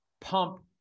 pump